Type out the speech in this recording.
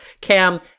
Cam